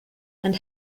and